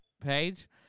page